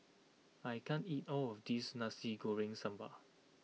I can't eat all of this Nasi Goreng Sambal